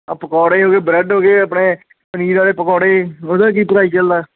ਆਹ ਪਕੋੜੇ ਹੋ ਗਏ ਬਰੈਡ ਹੋ ਗਏ ਆਪਣੇ ਪਨੀਰ ਵਾਲੇ ਪਕੌੜੇ ਉਹਦਾ ਕੀ ਪ੍ਰਾਈਜ਼ ਚੱਲਦਾ